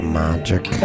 magic